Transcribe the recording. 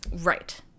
right